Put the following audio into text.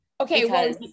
Okay